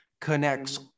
connects